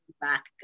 back